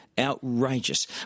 outrageous